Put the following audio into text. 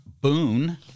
Boone